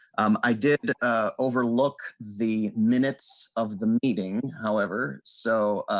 um i did a overlook. the minutes of the meeting however so